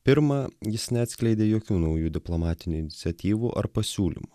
pirma jis neatskleidė jokių naujų diplomatinių iniciatyvų ar pasiūlymų